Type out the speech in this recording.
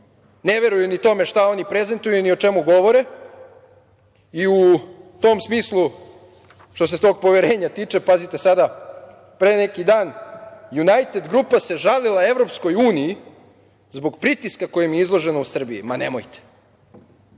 Ne veruju ni tome šta oni prezentuju, ni o čemu govore i u tom smislu, što se tog poverenja tiče, pazite sada, pre neki dan Junajted grupa se žalila EU zbog pritiska kojem je izložena u Srbiji. Ma nemojte! Kažu